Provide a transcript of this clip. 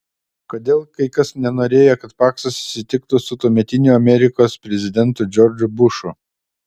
kodėl kai kas nenorėjo kad paksas susitiktų su tuometiniu amerikos prezidentu džordžu bušu